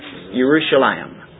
Jerusalem